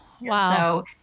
Wow